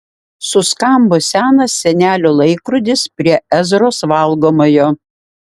suskambo senas senelio laikrodis prie ezros valgomojo